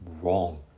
wrong